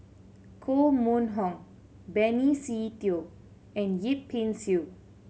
Koh Mun Hong Benny Se Teo and Yip Pin Xiu